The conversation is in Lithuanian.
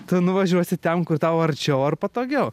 tu nuvažiuosi ten kur tau arčiau ar patogiau